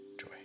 Joy